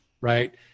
right